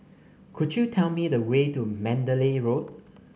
could you tell me the way to Mandalay Road